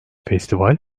festival